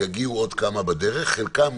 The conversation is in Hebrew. יגיעו עוד כמה בדרך, חלקם